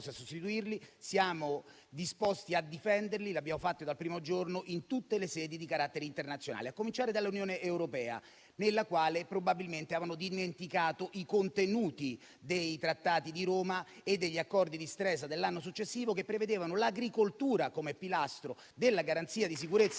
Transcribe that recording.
a sostituirle e siamo disposti a difenderle (lo abbiamo fatto dal primo giorno) in tutte le sedi di carattere internazionale, a cominciare dall'Unione europea, nella quale probabilmente avevano dimenticato i contenuti dei Trattati di Roma e degli Accordi di Stresa dell'anno successivo, che prevedevano l'agricoltura come pilastro della garanzia di sicurezza